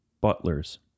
Butlers